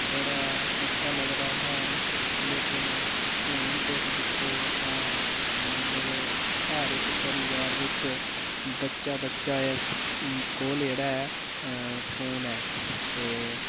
बड़ा अच्छा लगदा हा लेकिन हून तुस दिक्खो तां मतलब हर इक परिवार बिच्च बच्चा बच्चा कोल जेह्ड़ा ऐ फोन ऐ ते